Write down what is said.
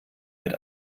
mit